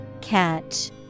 Catch